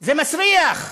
זה מסריח.